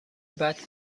بعد